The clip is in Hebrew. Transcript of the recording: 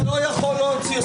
אתה לא יכול להוציא.